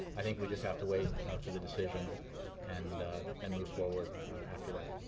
i think we just have to wait for the decision and and move forward after that